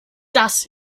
das